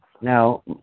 Now